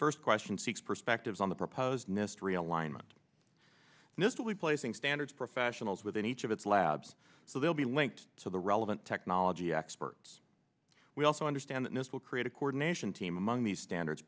first question seeks perspectives on the proposed nist realignment and this will be placing standards professionals within each of its labs so they'll be linked to the relevant technology experts we also understand that this will create a coordination team among these standards